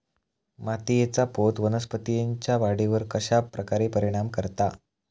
मातीएचा पोत वनस्पतींएच्या वाढीवर कश्या प्रकारे परिणाम करता?